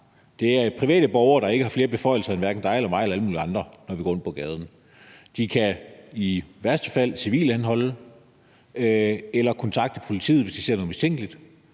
altså om private borgere, der ikke har flere beføjelser end hverken dig eller mig eller alle mulige andre, når vi går rundt på gaden. De kan i værste fald foretage en civil anholdelse eller kontakte politiet, hvis de ser noget mistænkeligt,